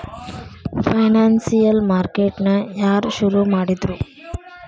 Financial market ನ ಯಾರ್ ಶುರುಮಾಡಿದ್ರು?